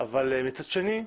מצד שני,